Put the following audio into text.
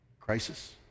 Crisis